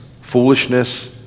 foolishness